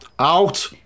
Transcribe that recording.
Out